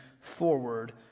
forward